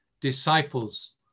disciples